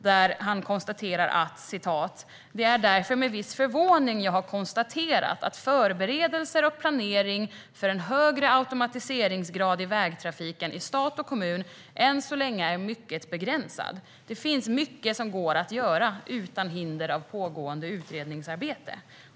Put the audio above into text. I den konstaterade han följande: "Det är därför med viss förvåning jag har konstaterat att förberedelser och planering för en högre automatiseringsgrad i vägtrafiken i stat och kommun än så länge är mycket begränsad. Det finns mycket som går att göra utan hinder av pågående utredningsarbete."